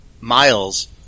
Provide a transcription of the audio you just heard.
Miles